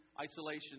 isolation